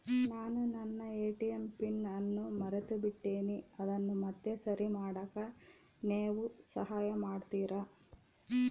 ನಾನು ನನ್ನ ATM PIN ಅನ್ನು ಮರೆತುಬಿಟ್ಟೇನಿ ಅದನ್ನು ಮತ್ತೆ ಸರಿ ಮಾಡಾಕ ನೇವು ಸಹಾಯ ಮಾಡ್ತಿರಾ?